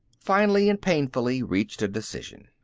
finally and painfully reached a decision.